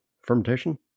fermentation